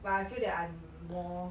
but I feel that I'm more